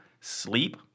sleep